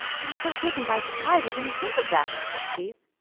i was so taken by surprise i didn't think of that, answered keith.